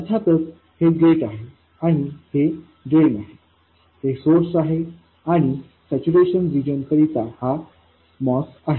अर्थातच हे गेट आहे आणि हे ड्रेन आहे हे सोर्स आहे आणि सॅच्युरेशन रिजन करिता हा MOS आहे